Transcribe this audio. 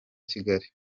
kigali